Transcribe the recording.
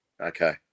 Okay